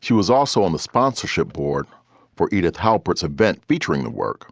she was also on the sponsorship board for edith how sports event featuring the work